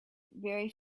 very